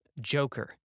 Joker